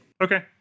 Okay